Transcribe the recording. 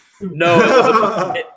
No